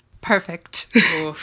Perfect